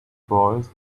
boys